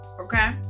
Okay